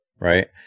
Right